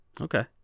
Okay